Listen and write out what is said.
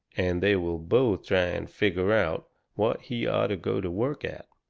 and they will both try and figger out what he orter go to work at.